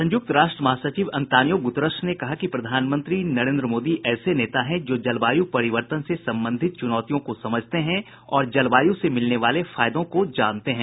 संयुक्त राष्ट्र महासचिव अंतोनियो गूतरश ने कहा कि प्रधानमंत्री नरेन्द्र मोदी ऐसे नेता हैं जो जलवायु परिवर्तन से संबंधित चुनौतियों को समझते हैं और जलवायु से मिलने वाले फायदों को जानते हैं